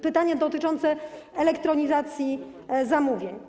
Pytanie dotyczące elektronizacji zamówień.